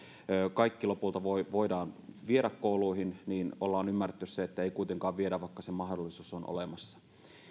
kaikki lopulta voidaan viedä kouluihin niin on ymmärretty se että ei kuitenkaan viedä vaikka se mahdollisuus on olemassa